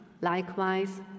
Likewise